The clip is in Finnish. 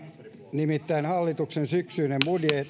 nimittäin hallituksen syksyinen